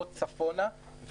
או צפונה,